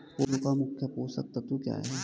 पौधे का मुख्य पोषक तत्व क्या हैं?